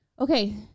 okay